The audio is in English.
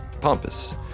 pompous